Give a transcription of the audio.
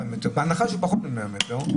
בהנחה ששטחם פחות מ-100 מטרים,